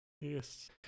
Yes